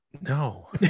No